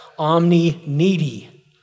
omni-needy